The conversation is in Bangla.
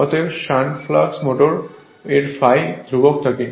অতএব শান্ট ফ্লাক্স মোটরে ∅ ধ্রুবক থাকে